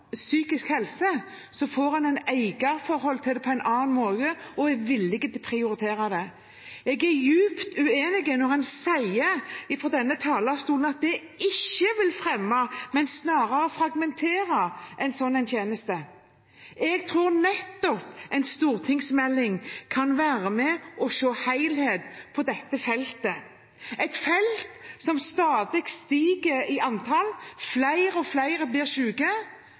psykisk helse, får en et forhold til dette på en annen måte – og er villig til å prioritere det. Jeg er dypt uenig når en fra denne talerstolen sier at det ikke vil fremme, men snarere fragmentere, en slik tjeneste. Jeg tror nettopp en stortingsmelding kan bidra til at en ser helhetlig på dette feltet, et felt der vi stadig ser et stigende antall syke. At flere og flere blir